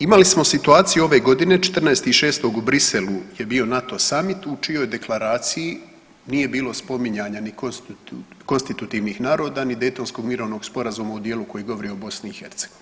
Imali smo situaciju ove godine 14.6. u Briselu je bio NATO samit u čijoj deklaraciji nije bilo spominjanja ni konstitutivnih naroda ni Dejtonskog mirovnog sporazuma u dijelu koji govori o BiH.